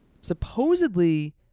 Supposedly